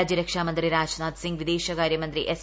രാജ്യരക്ഷാ മന്ത്രി രാജ് നാഥ് സിംഗ് വിദേശകാര്യ മന്ത്രി എസ്